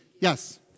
yes